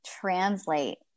translate